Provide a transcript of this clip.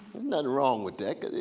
nothing wrong with that.